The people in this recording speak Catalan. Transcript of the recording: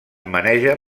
maneja